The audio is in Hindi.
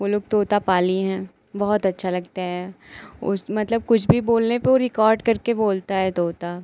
वह लोग तोता पाली हैं बहुत अच्छा लगता है उस मतलब कुछ भी बोलने पर वह रिकॉर्ड करके बोलता है तोता